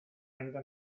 gente